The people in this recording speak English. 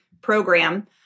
program